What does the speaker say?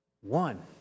One